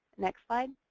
next slide.